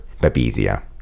babesia